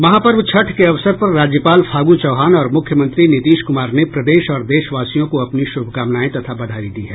महापर्व छठ के अवसर पर राज्यपाल फागू चौहान और मुख्यमंत्री नीतीश कुमार ने प्रदेश और देशवासियों को अपनी शुभकामनाएं तथा बधाई दी है